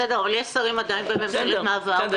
בסדר, אבל יש עדיין שרים בממשלת מעבר.